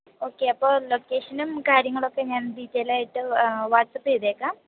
okay അപ്പോൾ ലൊക്കേഷനും കാര്യങ്ങളും ഒക്കെ ഞാൻ ഡീറ്റെലായിട്ട് വാട്ട്സാപ്പ് ചെയ്തേക്കാം